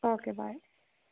okay bye